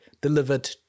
delivered